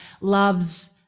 loves